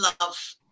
love